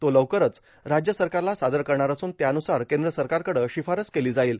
तो लवकरच राज्य सरकारला सादर करणार असून त्यानुसार केंद्र सरकारकडं शिफारस केली जाईल